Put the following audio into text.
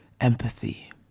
empathy